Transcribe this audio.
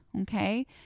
Okay